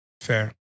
fair